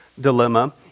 dilemma